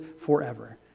forever